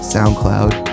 SoundCloud